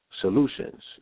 solutions